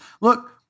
Look